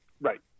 Right